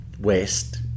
west